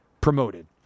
promoted